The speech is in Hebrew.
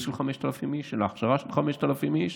של 5,000 איש ולהכשרה של 5,000 איש.